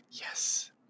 Yes